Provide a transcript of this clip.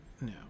No